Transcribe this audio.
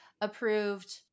approved